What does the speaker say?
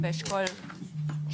היא באשכול שמונה,